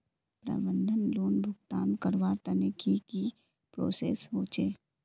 प्रबंधन लोन भुगतान करवार तने की की प्रोसेस होचे?